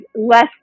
less